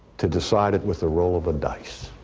to decide it with a roll of a dice.